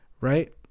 right